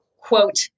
quote